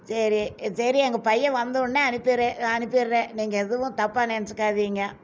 சரி சரி எங்கள் பையன் வந்தவொடனே அனுப்பிடறேன் நான் அனுப்பிடறேன் நீங்கள் எதுவும் தப்பாக நினச்சிக்காதீங்க